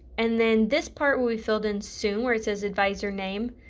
and then this part will be filled in soon where it says advisor name.